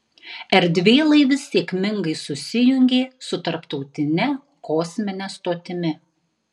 erdvėlaivis sėkmingai susijungė su tarptautine kosmine stotimi